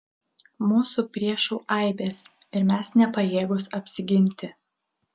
mūsų priešų aibės ir mes nepajėgūs apsiginti